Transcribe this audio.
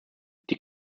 die